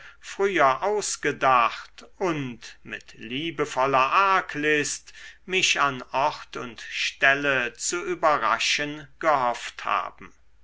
früher ausgedacht und mit liebevoller arglist mich an ort und stelle zu überraschen gehofft haben